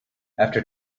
after